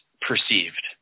perceived